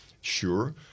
sure